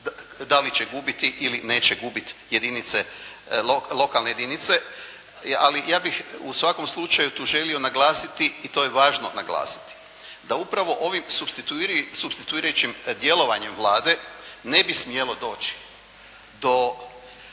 da li će gubiti ili neće gubiti jedinice, lokalne jedinice. Ali ja bih u svakom slučaju tu želio naglasiti i to je važno naglasiti da upravo ovi supstituiri supstituirajućim djelovanjem Vlade ne bi smjelo doći do